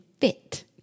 fit